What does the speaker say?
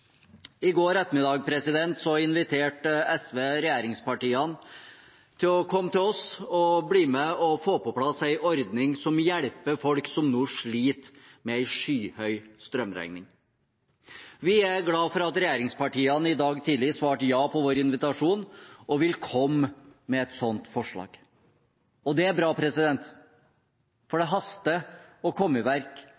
I går ettermiddag inviterte SV regjeringspartiene til å komme til oss og bli med og få på plass en ordning som hjelper folk som nå sliter med en skyhøy strømregning. Vi er glad for at regjeringspartiene i dag tidlig svarte ja på vår invitasjon og vil komme med et sånt forslag. Det er bra, for